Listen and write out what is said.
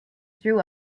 through